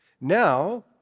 Now